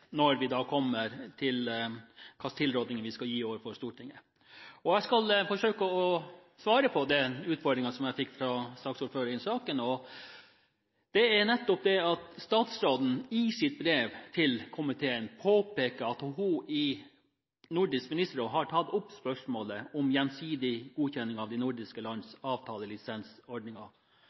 når vi kommer til hvilken tilråding vi skal gi overfor Stortinget. Jeg skal forsøke å svare på den utfordringen som jeg fikk fra saksordføreren i saken. Statsråden påpeker i sitt brev til komiteen at hun i Nordisk Ministerråd har tatt opp spørsmålet om gjensidig godkjenning av de nordiske lands avtalelisensordninger